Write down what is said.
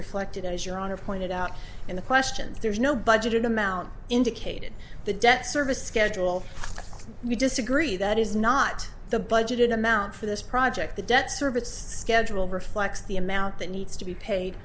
reflected as your honor pointed out in the question there's no budgeted amount indicated the debt service schedule we disagree that is not the budget in amount for this project the debt service schedule reflects the amount that needs to be paid